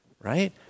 right